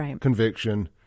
conviction